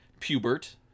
Pubert